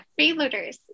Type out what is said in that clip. freeloaders